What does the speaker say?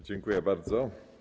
Dziękuję bardzo.